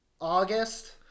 August